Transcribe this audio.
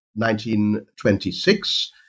1926